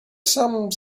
some